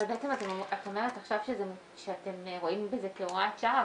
בעצם את אומרת עכשיו שאתם רואים בזה כהוראת שעה,